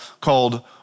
called